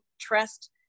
trust